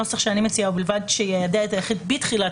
הנוסח שאני מציעה אומר: "ובלבד שיידע את היחיד בתחילת